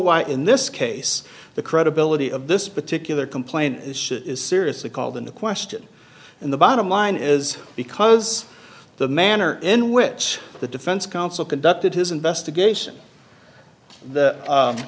why in this case the credibility of this particular complaint is seriously called into question and the bottom line is because the manner in which the defense counsel conducted his investigation